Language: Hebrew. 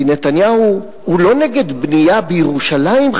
כי נתניהו הוא לא נגד בנייה בירושלים,